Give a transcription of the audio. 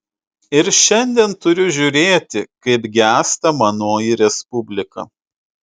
ir šiandien turiu žiūrėti kaip gęsta manoji respublika